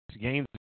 games